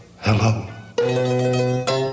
Hello